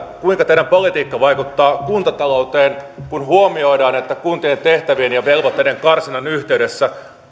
kuinka teidän politiikkanne vaikuttaa kuntatalouteen kun huomioidaan että kuntien tehtävien ja velvoitteiden karsinnan yhteydessä